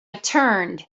turned